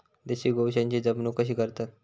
देशी गोवंशाची जपणूक कशी करतत?